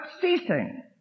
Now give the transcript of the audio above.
ceasing